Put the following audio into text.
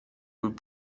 would